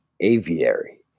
aviary